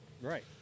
right